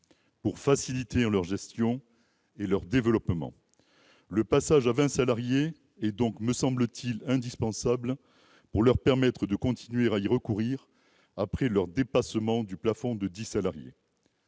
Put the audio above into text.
pour faciliter leur gestion et leur développement. Le passage à 20 salariés me paraît indispensable pour leur permettre de continuer à y recourir après leur dépassement du plafond de 10 salariés.